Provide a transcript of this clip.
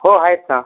हो आहेत ना